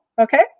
Okay